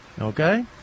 Okay